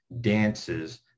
dances